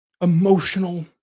emotional